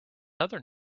other